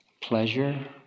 Pleasure